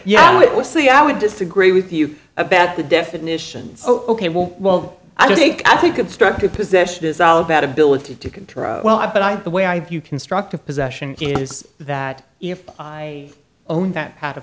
yeah let's see i would disagree with you about the definitions oh ok well well i think i think constructive possession is all about ability to control well i but i think the way i view constructive possession is that if i own that pad